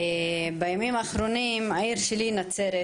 בימים האחרונים העיר שלי נצרת,